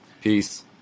peace